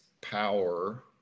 power